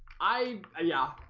i ah yeah,